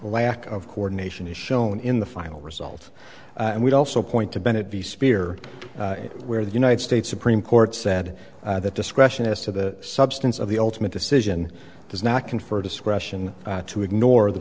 lack of coordination is shown in the final result and we also point to bennett v sphere where the united states supreme court said that discretion as to the substance of the ultimate decision does not confer discretion to ignore the